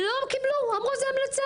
לא קיבלו, אמרו זה המלצה,